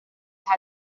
las